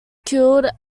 killed